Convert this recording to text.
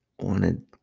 wanted